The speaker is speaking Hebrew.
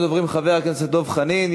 ראשון הדוברים הוא חבר הכנסת דב חנין.